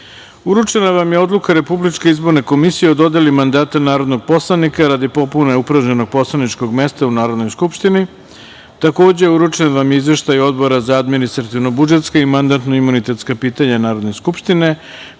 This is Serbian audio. vam je Odluka Republičke izborne komisije o dodeli mandata narodnog poslanika radi popune upražnjenog poslaničkom mesta u Narodnoj skupštini. Takođe, uručen vam je Izveštaj Odbora za administrativno-budžetska i mandatno-imunitetska pitanja Narodne skupštine,